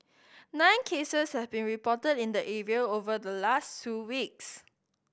nine cases have been reported in the area over the last two weeks